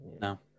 No